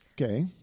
Okay